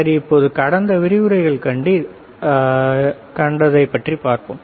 சரி இப்பொழுது கடந்த விரிவுரைகள் கண்ட இதைப் பற்றி பார்ப்போம்